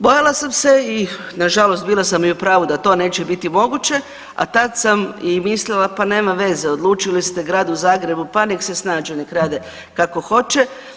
Bojala sam se i nažalost bila sam i u pravu da to neće biti moguće, a tad sam i mislila pa nema veze odlučili ste u Gradu Zagrebu pa nek se snađu, nek rade kako hoće.